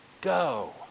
go